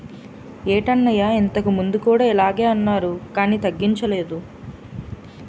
ఏటన్నయ్యా ఇంతకుముందు కూడా ఇలగే అన్నారు కానీ తగ్గించలేదు